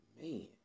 man